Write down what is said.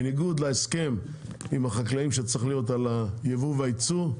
בניגוד להסכם של החקלאים שצריך להיות על היבוא והיצוא,